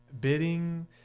Bidding